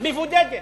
מבודדת.